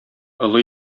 олы